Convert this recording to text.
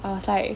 I was like